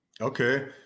Okay